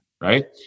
Right